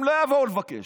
הם לא יבואו לבקש,